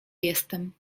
jestem